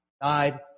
died